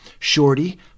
Shorty